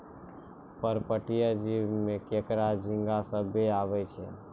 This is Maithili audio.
पर्पटीय जीव में केकड़ा, झींगा सभ्भे आवै छै